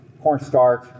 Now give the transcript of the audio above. cornstarch